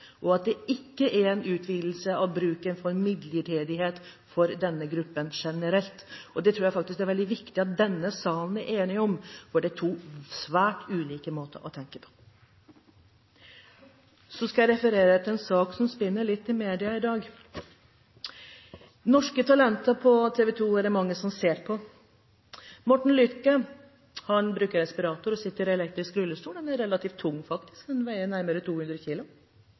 og at det ikke er en utvidelse av bruken av midlertidighet for denne gruppen generelt? Det tror jeg faktisk er veldig viktig at denne salen er enig om, for det er to svært ulike måter å tenke på. Så skal jeg referere til en sak som spinner litt i media i dag. «Norske Talenter» på TV 2 er det mange som ser på. Morten Lüthche bruker respirator og sitter i elektrisk rullestol – den er relativt tung faktisk, den veier nærmere 200 kg.